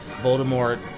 Voldemort